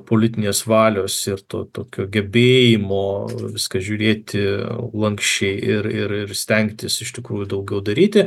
politinės valios ir to tokio gebėjimo viską žiūrėti lanksčiai ir ir stengtis iš tikrųjų daugiau daryti